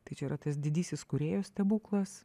tai čia yra tas didysis kūrėjo stebuklas